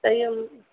कहियौ